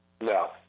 No